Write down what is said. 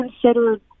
considered